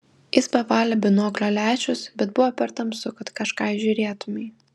jis pavalė binoklio lęšius bet buvo per tamsu kad ką įžiūrėtumei